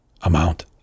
amount